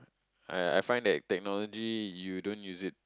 I I find that technology you don't use it